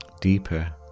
deeper